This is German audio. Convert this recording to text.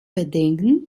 bedenken